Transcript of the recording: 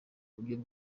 buryo